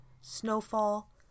snowfall